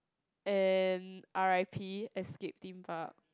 and R_I_P Escape-Theme-Park